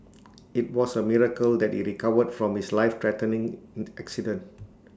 IT was A miracle that he recovered from his lifethreatening in accident